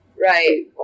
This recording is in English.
right